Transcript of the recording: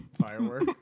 Firework